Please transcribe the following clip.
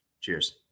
Cheers